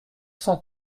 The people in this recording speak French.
cent